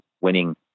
winning